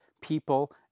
people